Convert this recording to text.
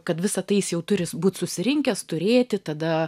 kad visa tai jis jau turi būt susirinkęs turėti tada